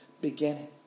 beginning